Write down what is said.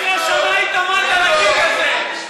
12 שנה התאמנת לקטע הזה.